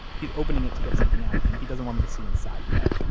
he's opening it to get something out and he doesn't want me to see inside yet.